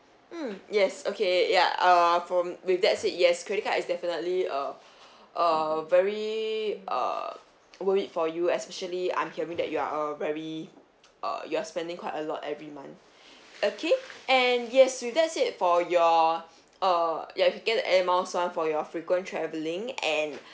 mm yes okay ya err from with that said yes credit card is definitely a a very err worth it for you especially I'm hearing that you are a very uh you're spending quite a lot every month okay and yes with that said for your err you have to the mile [one] for your frequent travelling and